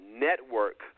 Network